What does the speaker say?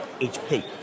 HP